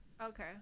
Okay